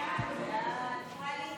הסתייגות 72 לחלופין לא נתקבלה.